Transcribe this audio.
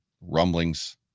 Rumblings